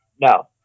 No